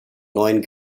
neuen